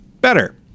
better